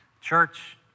Church